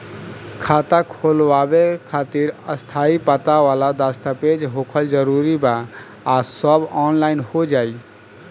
खाता खोलवावे खातिर स्थायी पता वाला दस्तावेज़ होखल जरूरी बा आ सब ऑनलाइन हो जाई?